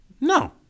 No